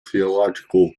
theological